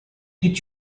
did